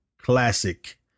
classic